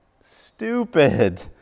stupid